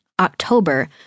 october